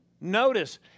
Notice